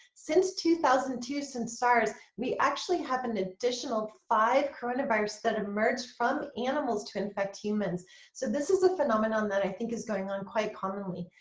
since two thousand and two, since sars we actually have an additional five coronavirus that emerged from animals to infect humans so this is a phenomenon that i think is going on quite commonly.